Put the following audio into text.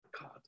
God